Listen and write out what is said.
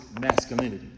masculinity